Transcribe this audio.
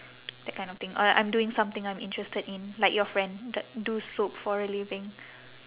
that kind of thing or I'm doing something I'm interested in like your friend d~ do soap for a living